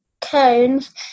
cones